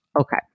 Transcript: Okay